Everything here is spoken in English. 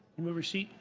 move receipt.